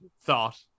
thought